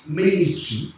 ministry